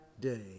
day